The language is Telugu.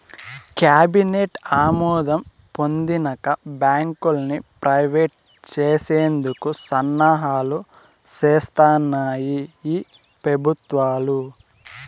కేబినెట్ ఆమోదం పొందినంక బాంకుల్ని ప్రైవేట్ చేసేందుకు సన్నాహాలు సేస్తాన్నాయి ఈ పెబుత్వాలు